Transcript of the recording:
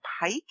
Pike